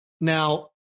Now